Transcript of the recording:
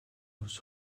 aus